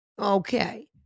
Okay